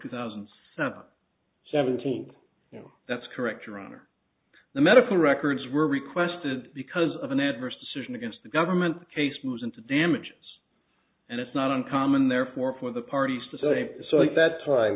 two thousand and seventeen that's correct your honor the medical records were requested because of an adverse decision against the government case moves into damages and it's not uncommon therefore for the parties to say that time